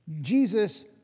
Jesus